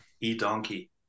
E-Donkey